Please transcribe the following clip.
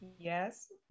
yes